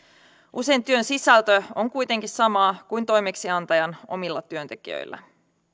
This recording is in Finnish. usein työn sisältö on kuitenkin sama kuin toimeksiantajan omilla työntekijöillä